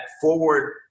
forward